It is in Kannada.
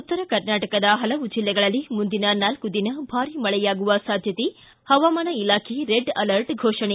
ಉತ್ತರ ಕರ್ನಾಟಕದ ಹಲವು ಜಿಲ್ಲೆಗಳಲ್ಲಿ ಮುಂದಿನ ನಾಲ್ಕ ದಿನ ಭಾರಿ ಮಳೆಯಾಗುವ ಸಾಧ್ಯತೆ ಹವಾಮಾನ ಇಲಾಖೆ ರೆಡ್ ಅಲರ್ಟ್ ಘೋಷಣೆ